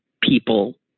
people